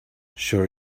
sure